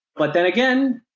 but then again,